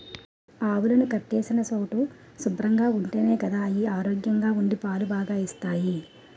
ఆవులు కట్టేసిన చోటు శుభ్రంగా ఉంటేనే గదా అయి ఆరోగ్యంగా ఉండి పాలు బాగా ఇస్తాయి